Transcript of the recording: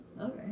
Okay